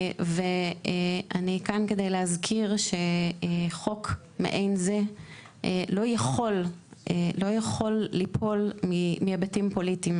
אני כאן כדי להזכיר שחוק מעין זה לא יכול ליפול מהיבטים פוליטיים.